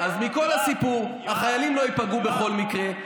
אז מכל הסיפור החיילים לא ייפגעו בכל מקרה.